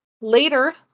Later